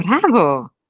bravo